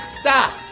stop